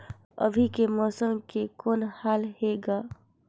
अभी के मौसम के कौन हाल हे ग?